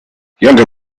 younger